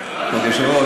כבוד היושב-ראש,